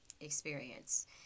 experience